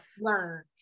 learn